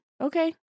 okay